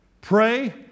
pray